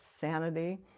sanity